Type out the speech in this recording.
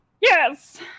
Yes